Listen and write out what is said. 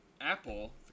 Apple